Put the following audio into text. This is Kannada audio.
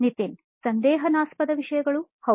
ನಿತಿನ್ ಸಂದೇಹನಾಸ್ಪದ ವಿಷಯಗಳು ಹೌದು